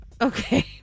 Okay